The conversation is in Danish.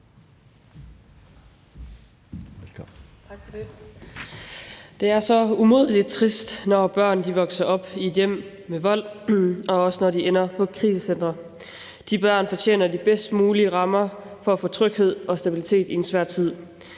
Det er så umådelig trist, når børn vokser op i et hjem med vold, og også når de ender på krisecentre. De børn fortjener de bedst mulige rammer for at få tryghed og stabilitet i en svær tid.